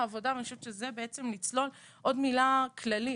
עוד מילה כללית.